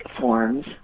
forms